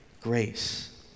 grace